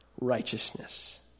righteousness